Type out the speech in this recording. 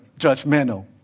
judgmental